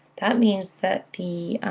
that means that the